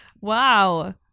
Wow